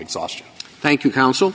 exhaustion thank you counsel